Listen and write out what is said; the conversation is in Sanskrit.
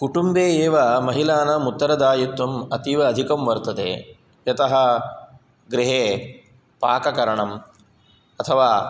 कुटुम्बे एव महिलानाम् उत्तरदायित्वम् अतीव अधिकं वर्तते यतः गृहे पाककरणम् अथवा